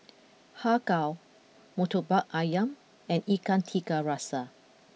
Har Kow Murtabak Ayam and Ikan Tiga Rasa